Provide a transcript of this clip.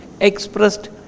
expressed